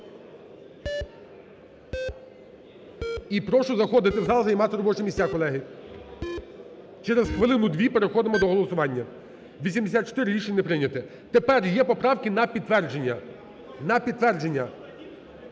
І прошу заходити в зал, займати робочі місця, колеги, через хвилину-дві, переходимо до голосування. 12:15:32 За-84 Рішення не прийняте. Тепер є поправки на підтвердження, на підтвердження,